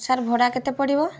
sir ଭଡ଼ା କେତେ ପଡ଼ିବ